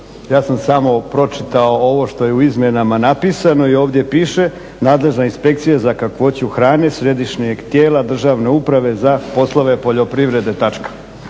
Ja sam samo pročitao ovo što je u izmjenama napisano i ovdje piše: "Nadležna inspekcija za kakvoću hrane središnjeg tijela državne Uprave za poslove poljoprivrede."